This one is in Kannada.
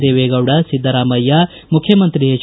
ದೇವೇಗೌಡ ಸಿದ್ದರಾಮಯ್ಯ ಮುಖ್ಯಮಂತ್ರಿ ಎಚ್